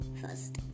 first